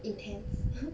intense